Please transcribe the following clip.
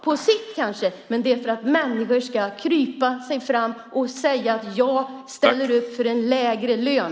På sikt kanske det kommer, men det är för att människor ska krypa fram och säga: Jag ställer upp för en lägre lön.